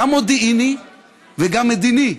גם מודיעיני וגם מדיני.